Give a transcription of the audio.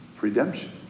Redemption